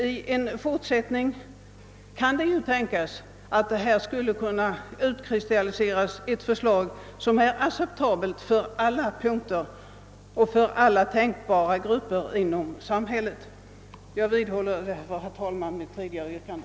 I fortsättningen kan det tänkas att här skulle kunna utkristalliseras ett förslag som är acceptabelt på alla punkter och för alla tänkbara grupper inom samhället. Jag vidhåller, herr talman, mitt tidigare yrkande.